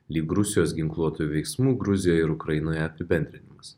lyg rusijos ginkluotųjų veiksmų gruzijoj ir ukrainoje apibendrinimas